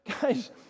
Guys